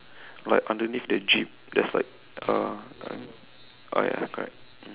like underneath the jeep there's like uh ah ya correct mm